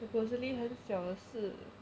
supposedly 很小的事